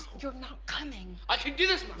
you're not coming. i can do this